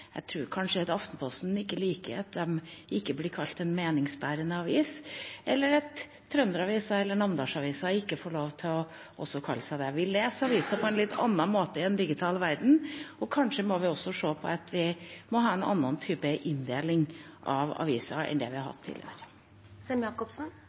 Jeg tror kanskje ikke Aftenposten liker å ikke bli kalt en meningsbærende avis, eller at Trønder-Avisa eller Namdalsavisa ikke får lov til å kalle seg det. Vi leser aviser på en annen måte i den digitale verden, og kanskje må vi også ha en annen type inndeling av aviser enn det vi har